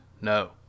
no